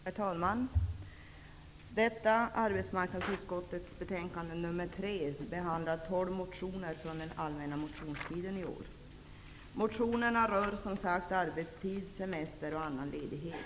Herr talman! I arbetsmarknadsutskottets betänkande nr 3 behandlas tolv motioner från den allmänna motionstiden i år. Motionerna berör arbetstid, semester och annan ledighet.